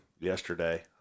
yesterday